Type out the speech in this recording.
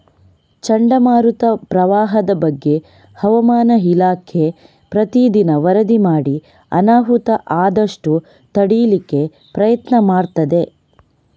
ಚಂಡಮಾರುತ, ಪ್ರವಾಹದ ಬಗ್ಗೆ ಹವಾಮಾನ ಇಲಾಖೆ ಪ್ರತೀ ದಿನ ವರದಿ ಮಾಡಿ ಅನಾಹುತ ಆದಷ್ಟು ತಡೀಲಿಕ್ಕೆ ಪ್ರಯತ್ನ ಮಾಡ್ತದೆ